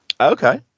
Okay